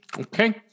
okay